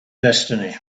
destiny